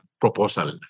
proposal